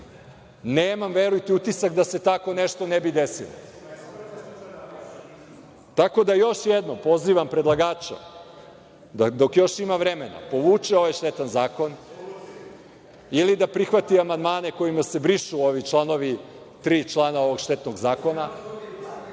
nemam, verujte, utisak da se tako nešto ne bi desilo. Još jednom pozivam predlagača da, dok još ima vremena, povuče ovaj štetan zakon ili da prihvati amandmane kojima se brišu ovi članovi, tri člana ovog štetnog zakona